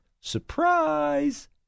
Surprise